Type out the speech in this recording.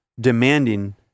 demanding